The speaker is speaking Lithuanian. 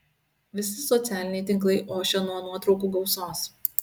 visi socialiniai tinklai ošia nuo nuotraukų gausos